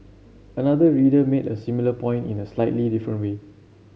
another reader made a similar point in a slightly different way